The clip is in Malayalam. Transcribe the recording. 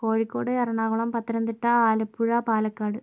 കോഴിക്കോട് എറണാകുളം പത്തനംതിട്ട ആലപ്പുഴ പാലക്കാട്